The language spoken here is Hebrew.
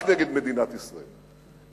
רק נגד מדינת ישראל,